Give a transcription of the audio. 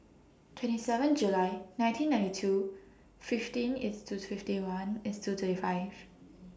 twenty seven July nineteen ninety two fifteen IS to fifty one IS to thirty five